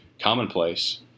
commonplace